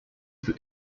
peut